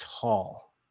tall